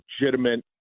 legitimate